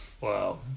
Wow